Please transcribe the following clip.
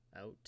out